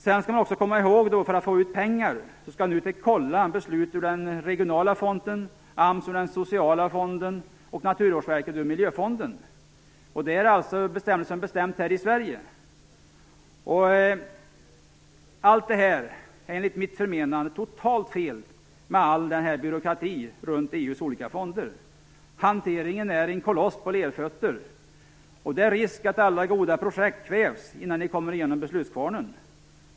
Man skall också komma ihåg att för att få ut pengar skall NUTEK kontrollera beslut av den regionala fonden, AMS, den sociala fonden och Naturvårdsverkets miljöfond. Det är bestämmelser som vi har antagit här i Sverige. All denna byråkrati runt EU:s olika fonder är enligt mitt förmenande totalt fel. Hanteringen är en koloss på lerfötter. Det är risk att alla goda projekt kvävs innan de kommer igenom beslutskvarnen.